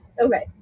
Okay